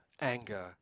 anger